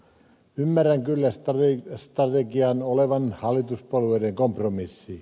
ymmärrän kyllä strategian olevan hallituspuolueiden kompromissi